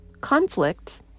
conflict